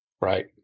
right